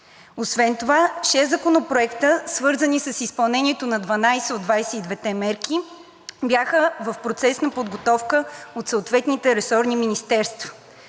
Освен това шест законопроекта, свързани с изпълнението на 12 от 22-те мерки, бяха в процес на подготовка от съответните ресорни министерства.